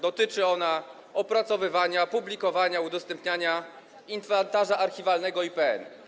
Dotyczy ona opracowywania, publikowania, udostępniania inwentarza archiwalnego IPN.